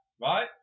right